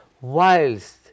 whilst